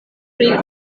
pri